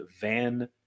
van